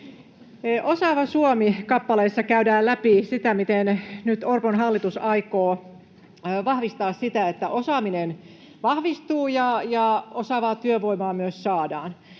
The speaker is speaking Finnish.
Osaava Suomi ‑kappaleessa käydään läpi sitä, miten Orpon hallitus nyt aikoo vahvistaa sitä, että osaaminen vahvistuu ja osaavaa työvoimaa myös saadaan.